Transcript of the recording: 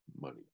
money